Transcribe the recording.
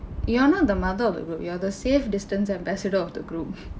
you are not the mother of the group you are the safe distance ambassador of the group